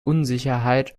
unsicherheit